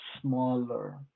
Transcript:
smaller